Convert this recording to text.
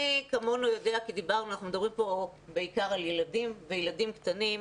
אנחנו מדברים פה בעיקר על ילדים קטנים,